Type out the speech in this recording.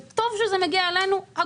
וטוב שזה מגיע אלינו.